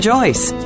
Joyce